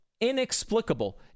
inexplicable